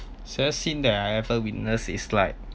saddest scene that I ever witnessed is like